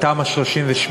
על תמ"א 38,